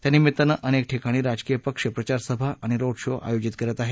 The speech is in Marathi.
त्यानिमित्तानं अनेक ठिकाणी राजकीय पक्ष प्रचार सभा आणि रोड शो आयोजित करत आहेत